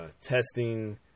testing